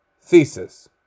thesis